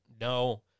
no